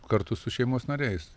kartu su šeimos nariais